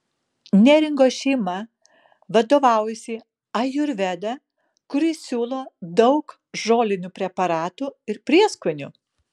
neringos šeima vadovaujasi ajurveda kuri siūlo daug žolinių preparatų ir prieskonių